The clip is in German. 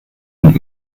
und